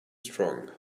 strong